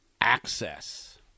access